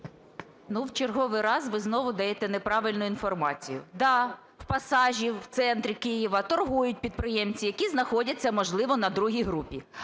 Н.П. В черговий раз ви знову даєте неправильну інформацію. Так, в Пасажі, в центр Києва, торгують підприємці, які знаходяться, можливо, на другій групі.